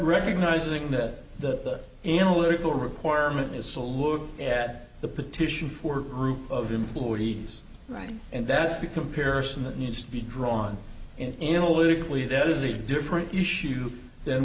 recognizing that the analytical requirement is so look at the petition for group of employees right and that's the comparison that needs to be drawn in a weekly there is a different issue than